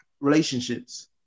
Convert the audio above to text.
relationships